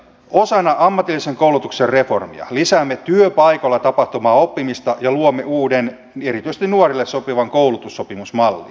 osana ammatillisen koulutuksen reformia lisäämme työpaikoilla tapahtuvaa oppimista ja luomme uuden erityisesti nuorille sopivan koulutussopimusmallin